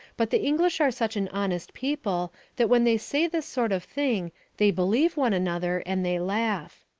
but the english are such an honest people that when they say this sort of thing they believe one another and they laugh.